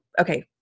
okay